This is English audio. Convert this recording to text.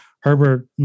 Herbert